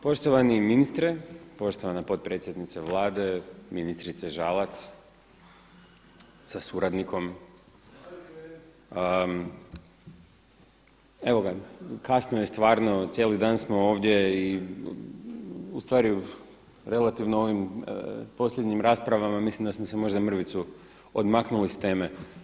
Poštovani ministre, poštovana potpredsjednice Vlade, ministrice sa Žalac sa suradnikom evo ga kasno je stvarno, cijeli dan smo ovdje i u stvari relativno u ovim posljednjim raspravama mislim da smo se možda mrvicu odmaknuli s teme.